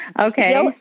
okay